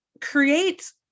create